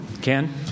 Ken